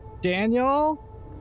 Daniel